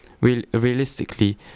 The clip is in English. realistically